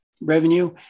revenue